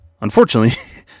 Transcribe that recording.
Unfortunately